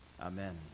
Amen